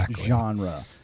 genre